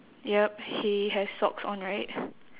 yup he has socks on right